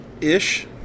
Ish